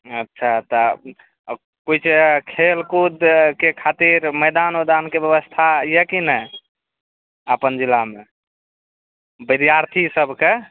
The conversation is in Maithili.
अच्छा तऽ किछु खेलकूदके खातिर मैदान ओदानके व्यवस्था यऽ कि नहि अपन जिलामे विद्यार्थी सबके